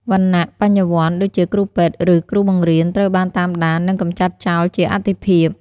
វណ្ណៈ "បញ្ញវន្ត" ដូចជាគ្រូពេទ្យ ឬគ្រូបង្រៀន ត្រូវបានតាមដាន និងកម្ចាត់ចោលជាអាទិភាព។